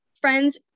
friends